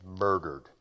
murdered